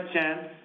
chance